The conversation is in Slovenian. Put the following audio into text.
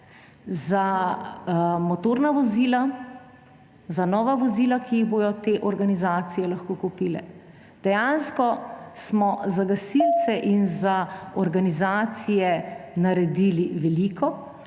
za motorna vozila, za nova vozila, ki jih bodo te organizacije lahko kupile. Dejansko smo za gasilce in za organizacije naredili veliko.